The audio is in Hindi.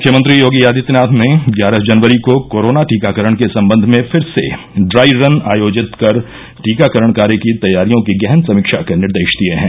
मुख्यमंत्री योगी आदित्यनाथ ने ग्यारह जनवरी को कोरोना टीकाकरण के सम्बन्ध में फिर से ड्राई रन आयोजित कर टीकाकरण कार्य की तैयारियों की गहन समीक्षा के निर्देश दिये हैं